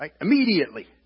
Immediately